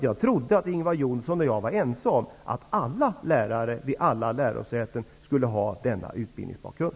Jag trodde att Ingvar Johnsson och jag var ense om att alla lärare vid alla lärosäten skulle ha denna utbildningsbakgrund.